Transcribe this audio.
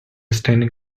standing